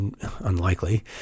unlikely